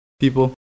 People